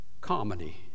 Comedy